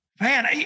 Man